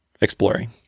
exploring